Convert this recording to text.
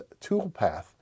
Toolpath